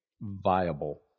viable